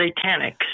Satanic